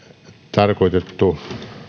tarkoitettu